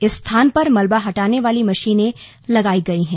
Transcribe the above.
इस स्थान पर मलबा हटाने वाली मशीनें लगाई हैं